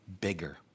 bigger